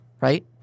Right